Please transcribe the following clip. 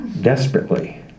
desperately